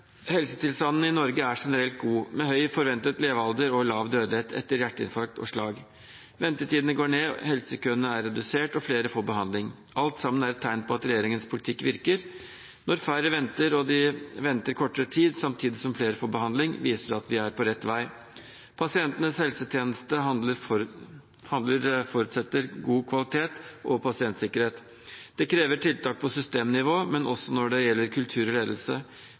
Helsetilstanden i Norge er generelt god, med høy forventet levealder og lav dødelighet etter hjerteinfarkt og slag. Ventetidene går ned, helsekøene er redusert, og flere får behandling. Alt sammen er tegn på at regjeringens politikk virker. At færre venter, og venter kortere tid, samtidig som flere får behandling, viser at vi er på rett vei. Pasientenes helsetjeneste forutsetter god kvalitet og pasientsikkerhet. Det krever tiltak både på systemnivå og når det gjelder kultur og ledelse.